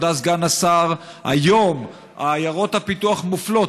הודה סגן השר: היום עיירות הפיתוח מופלות